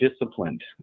disciplined